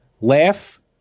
laugh